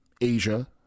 Asia